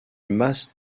mas